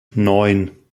neun